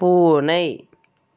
பூனை